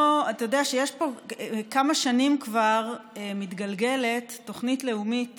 יודע, כבר כמה שנים מתגלגלת תוכנית לאומית